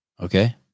Okay